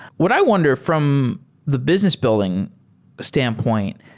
what i wonder, from the business building standpoint,